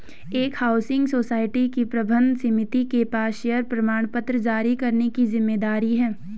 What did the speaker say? एक housing society की प्रबंध समिति के पास शेयर प्रमाणपत्र जारी करने की जिम्मेदारी है